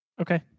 Okay